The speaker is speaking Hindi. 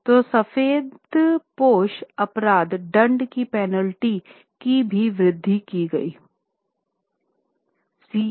तो सफेदपोश अपराध दंड की पेनल्टी की भी वृद्धि की गई